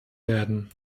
werden